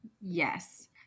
Yes